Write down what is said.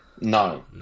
No